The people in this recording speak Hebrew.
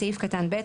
בסעיף קטן (ב)